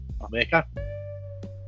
America